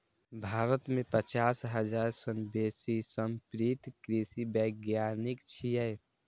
भारत मे पचास हजार सं बेसी समर्पित कृषि वैज्ञानिक छै